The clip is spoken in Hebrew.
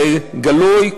בגלוי.